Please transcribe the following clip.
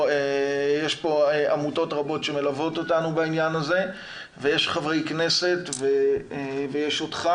יש פה עמותות רבות שמלוות אותנו בעניין הזה ויש חברי כנסת ויש אותך